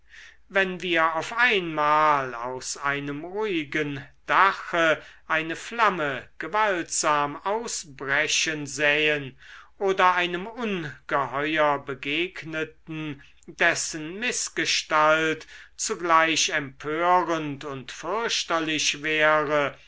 wenn wir auf einmal aus einem ruhigen dache eine flamme gewaltsam ausbrechen sähen oder einem ungeheuer begegneten dessen mißgestalt zugleich empörend und fürchterlich wäre